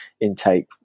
intake